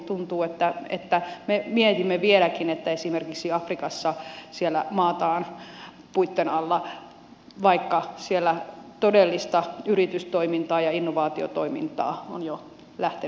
tuntuu että me mietimme vieläkin että esimerkiksi afrikassa maataan puitten alla vaikka siellä todellista yritystoimintaa ja innovaatiotoimintaa on jo lähtenyt liikkeelle